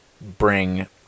bring